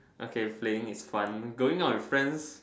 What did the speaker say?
okay playing is fun going out with friends